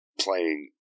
playing